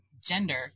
gender